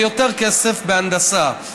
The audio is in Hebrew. ויותר כסף בהנדסה.